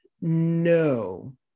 No